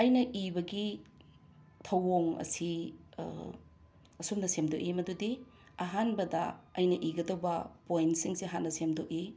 ꯑꯩꯅ ꯏꯕꯒꯤ ꯊꯧꯑꯣꯡ ꯑꯁꯤ ꯑꯁꯨꯝꯅ ꯁꯦꯝꯗꯣꯛꯏ ꯃꯗꯨꯗꯤ ꯑꯍꯥꯟꯕꯗ ꯑꯩꯅ ꯏꯒꯗꯕ ꯄꯣꯏꯟ꯭ꯠꯁꯤꯡꯁꯦ ꯍꯥꯟꯅ ꯁꯦꯝꯗꯣꯛꯏ